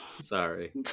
Sorry